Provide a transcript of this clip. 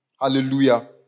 Hallelujah